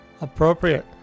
Appropriate